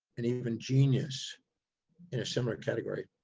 and even genius in a similar category.